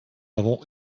avons